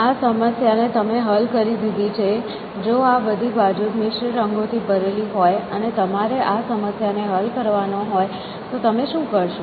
આ સમસ્યા ને તમે હલ કરી દીધી છે જો આ બધી બાજુ મિશ્ર રંગો થી ભરેલી હોય અને તમારે આ સમસ્યા ને હલ કરવાનો હોય તો તમે શું કરશો